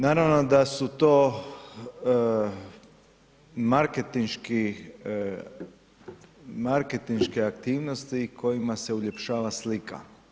Naravno da su to marketinški, marketinške aktivnosti kojima se uljepšava slika.